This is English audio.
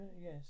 Yes